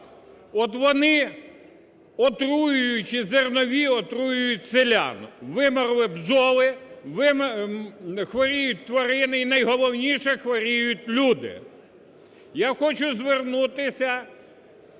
От вони, отруюючи зернові, отруюють селян. Вимерли бджоли, хворіють тварини і найголовніше – хворіють люди.